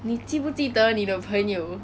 你记不记得你的朋友